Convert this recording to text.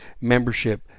membership